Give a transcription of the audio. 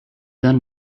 then